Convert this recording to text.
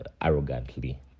arrogantly